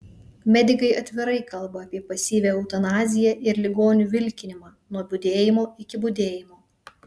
medikai atvirai kalba apie pasyvią eutanaziją ir ligonių vilkinimą nuo budėjimo iki budėjimo